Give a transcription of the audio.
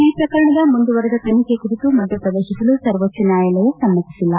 ಈ ಪ್ರಕರಣದ ಮುಂದುವರೆದ ತನಿಖೆ ಕುರಿತು ಮಧ್ಯಪ್ರವೇಶಿಸಲು ಸರ್ವೋಚ್ಛ ನ್ಯಾಯಾಲಯ ಸಮ್ಮತಿಸಿಲ್ಲ